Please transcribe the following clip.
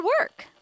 work